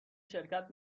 شرکت